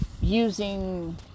using